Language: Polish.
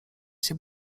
się